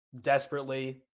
desperately